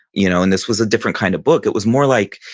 you know and this was a different kind of book. it was more like,